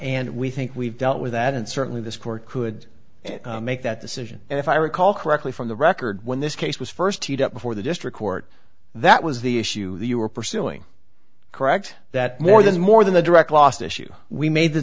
and we think we've dealt with that and certainly this court could make that decision if i recall correctly from the record when this case was first teed up before the district court that was the issue that you were pursuing correct that more than more than the direct last issue we made the